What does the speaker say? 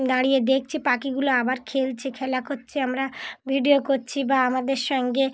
দাঁড়িয়ে দেখছি পাখিগুলো আবার খেলছে খেলা করছে আমরা ভিডিও করছি বা আমাদের সঙ্গে